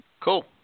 Cool